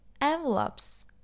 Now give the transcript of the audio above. Envelopes